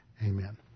Amen